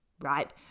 right